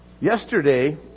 Yesterday